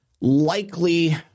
likely